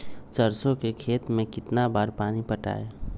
सरसों के खेत मे कितना बार पानी पटाये?